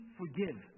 forgive